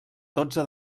dotze